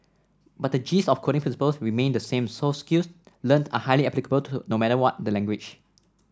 but the gist of coding principles remained the same so skills learnt are highly applicable no matter what the language